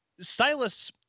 Silas